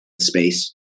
space